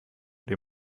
dir